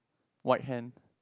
white hand